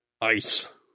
ice